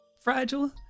fragile